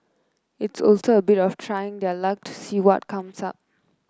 it's also a bit of trying their luck to see what comes up